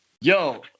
Yo